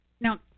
Now